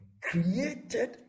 created